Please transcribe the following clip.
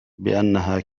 بأنها